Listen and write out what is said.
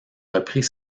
reprit